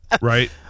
Right